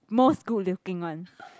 most good looking one